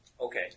Okay